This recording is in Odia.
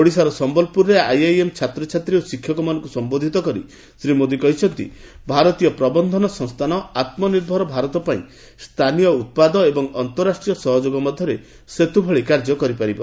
ଓଡ଼ିଶାର ସମ୍ଭଲପୁରରେ ଆଇଆଇଏମ୍ ଛାତ୍ରଛାତ୍ରୀ ଏବଂ ଶିକ୍ଷକମାନଙ୍କୁ ସମ୍ଭୋଧିତ କରି ଶ୍ରୀ ମୋଦି କହିଛନ୍ତି ଭାରତୀୟ ପ୍ରବନ୍ଧନ ସଂସ୍ଥାନ ଆତ୍ମନିର୍ଭର ଭାରତ ପାଇଁ ସ୍ଥାନୀୟ ଉତ୍ପାଦ ଏବଂ ଅନ୍ତରାଷ୍ଟ୍ରୀୟ ସହଯୋଗ ସମ୍ଘରେ ସେତୁ ଭଳି କାର୍ଯ୍ୟ କରିପାରିବ